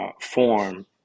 form